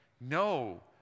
No